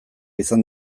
izan